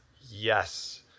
Yes